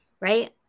Right